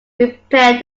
repaired